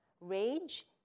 rage